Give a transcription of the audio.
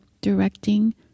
directing